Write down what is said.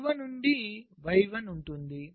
దిగువ నుండి y1 ఉంటుంది